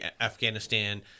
Afghanistan